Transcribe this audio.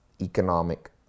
economic